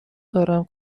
دارم